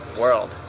world